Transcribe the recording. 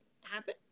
happen